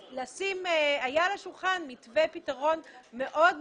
היה על השולחן מתווה לפתרון רציני מאוד,